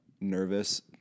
nervous